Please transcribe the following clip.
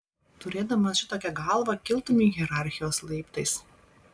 turėdamas šitokią galvą kiltumei hierarchijos laiptais